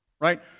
Right